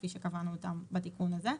כפי שקבענו בתיקון הזה.